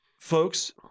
folks